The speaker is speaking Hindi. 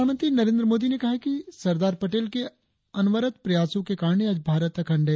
प्रधानमंत्री नरेंद्र मोदी ने कहा है कि सरदार पटेल के अनवरत प्रयासों के कारण ही आज भारत अखंड है